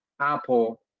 Apple